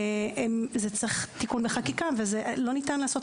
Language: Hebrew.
זה מצריך תיקון חקיקה ולא ניתן לתקן את